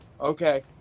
okay